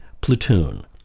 Platoon